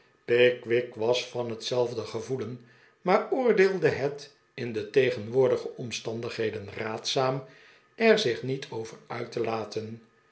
pickwick was van hetzelfde gevoelen maar oordeelde het in de tegenwoordige omstandigheden raadzaam er zich niet over uit te laten